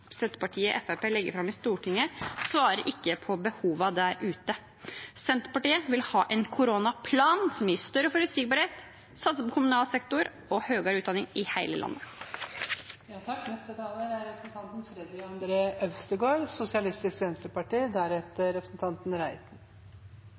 legger fram i Stortinget, svarer ikke på behovene der ute. Senterpartiet vil ha en koronaplan, som gir større forutsigbarhet, og satse på kommunal sektor og høyere utdanning i